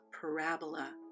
Parabola